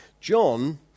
John